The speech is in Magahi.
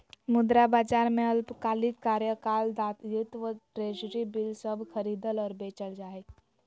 मुद्रा बाजार में अल्पकालिक कार्यकाल दायित्व ट्रेज़री बिल सब खरीदल और बेचल जा हइ